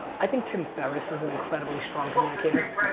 i think tim ferriss is an incredibly strong communicator.